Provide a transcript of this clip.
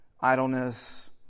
idleness